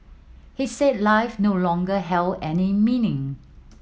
he said life no longer held any meaning